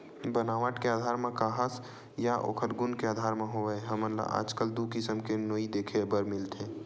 बनावट के आधार म काहस या ओखर गुन के आधार म होवय हमन ल आजकल दू किसम के नोई देखे बर मिलथे